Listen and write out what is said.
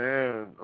Man